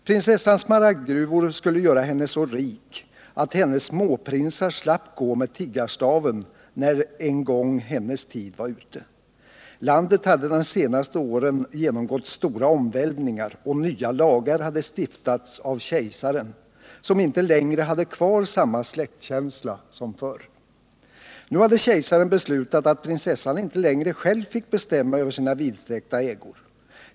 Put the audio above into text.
Prinsessans smaragdgruvor skulle göra henne så rik att hennes småprinsar slapp gå med tiggarstaven, när en gång hennes tid var ute. Landet hade de senaste åren genomgått stora omvälvningar och nya lagar hade stiftats av Kejsaren, som inte längre hade kvar samma släktkänsla som förr. Nu hade Kejsaren beslutat att Prinsessan inte längre själv fick bestämma över sina vidsträckta ägor.